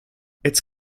its